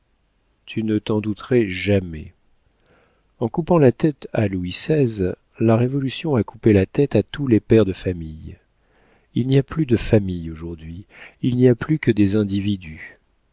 tu ne t'en douterais jamais en coupant la tête à louis xvi la révolution a coupé la tête à tous les pères de famille il n'y a plus de famille aujourd'hui il n'y a plus que des individus